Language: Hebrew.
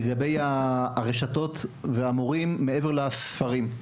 לגבי הרשתות והמורים, מעבר לספרים.